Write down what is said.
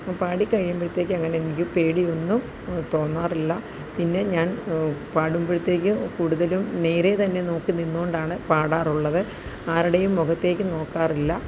ഇപ്പോൾ പാടി കഴിയുമ്പോഴ്ത്തേക്കും അങ്ങനെ എനിക്ക് പേടിയൊന്നും തോന്നാറില്ല പിന്നെ ഞാൻ പാടുമ്പോഴ്ത്തേക്കും കൂടുതലും നേരെ തന്നെ നോക്കി നിന്നുകൊണ്ടാണ് പാടാറുള്ളത് ആരുടെയും മുഖത്തേക്ക് നോക്കാറില്ല